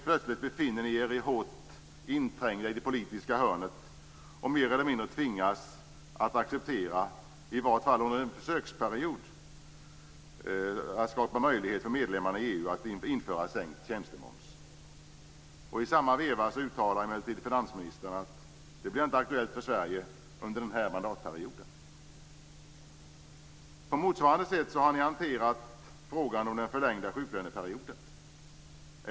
Plötsligt befinner sig regeringen hårt inträngd i ett politiskt hörn, och tvingas att i varje fall under en försöksperiod mer eller mindre acceptera att möjlighet skapas för medlemmarna i EU att införa sänkt tjänstemoms. I samma veva uttalar emellertid finansministern att detta inte blir aktuellt för Sverige under den här mandatperioden. På motsvarande sätt har frågan om den förlängda sjuklöneperioden hanterats.